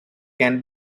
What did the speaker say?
can